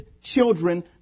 children